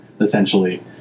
essentially